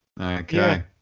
Okay